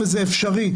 וזה אפשרי.